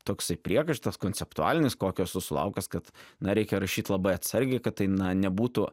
toksai priekaištas konceptualinis kokio esu sulaukęs kad na reikia rašyt labai atsargiai kad tai na nebūtų